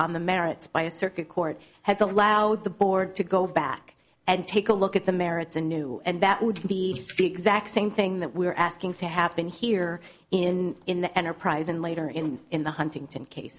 on the merits by a circuit court has allowed the board to go back and take a look at the merits and new and that would be exact same thing that we're asking to happen here in in the enterprise and later in